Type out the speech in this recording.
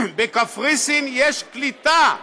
בקפריסין יש קליטה.